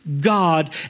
God